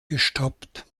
gestoppt